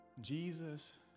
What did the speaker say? Jesus